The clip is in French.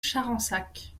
charensac